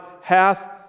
hath